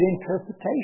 interpretation